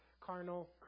carnal